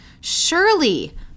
Surely